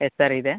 S sir ಇದೆ